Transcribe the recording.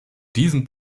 diesem